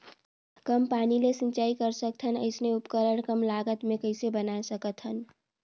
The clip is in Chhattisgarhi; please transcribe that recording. कम पानी ले सिंचाई कर सकथन अइसने उपकरण कम लागत मे कइसे बनाय सकत हन?